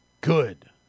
good